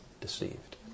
deceived